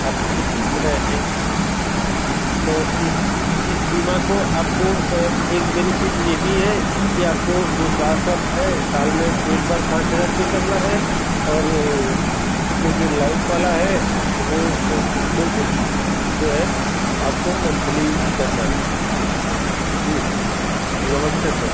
आप खुद रहे हैं इस तो इस ई इस बीमा को आपको एक बेनीफिट यह भी है कि आपको जो स्वास्थ्य वाला है साल में एक बार पाँच हज़ार पे करना है और वह जो लाइफ वाला है वह दो जो है आपको मंथली करना है जी नमस्ते सर